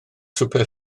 swper